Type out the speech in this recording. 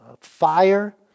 fire